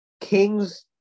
Kings